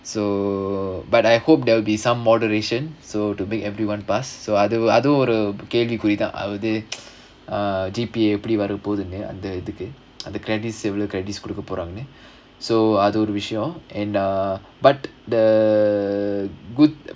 so but I hope there will be some moderation so to make everyone pass so அதுவும் ஒரு கேள்விக்குறிதான் அது:adhuvum oru kelvikurithaan adhu G_P_A எப்படி வர போகுதுனு அந்த இதுக்கு:epdi varapoguthunu andha idhukku credit similar credit எப்படி கொடுக்க போறாங்கன்னு:epdi kodukka poraanganu so அது ஒரு விஷயம்:adhu oru vishayam and uh but the good